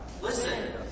Listen